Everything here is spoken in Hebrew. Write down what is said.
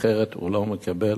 אחרת הוא לא מקבל